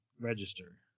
register